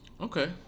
okay